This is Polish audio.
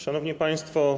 Szanowni Państwo!